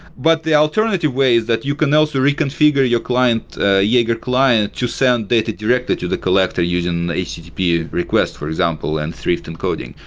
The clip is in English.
but the alternative way is that you can also reconfigure your client, ah jaeger client, to send data directly to the collector using http request, for example, and thrift encoding.